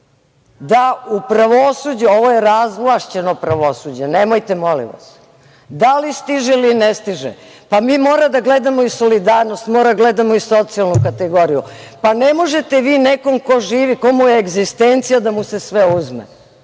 da u pravosuđu, ovo je razvlašćeno pravosuđe, nemojte molim vas, da li stiže ili ne stiže. Mi moramo da gledamo i solidarnost, moramo da gledamo i socijalnu kategoriju. Ne možete vi nekom ko živi, ko me je egzistencija da mu se sve uzme